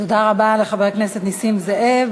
תודה רבה לחבר הכנסת נסים זאב.